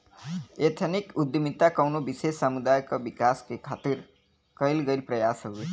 ethnic उद्दमिता कउनो विशेष समुदाय क विकास क खातिर कइल गइल प्रयास हउवे